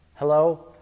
Hello